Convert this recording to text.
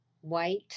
white